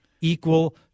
equal